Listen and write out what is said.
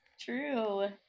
True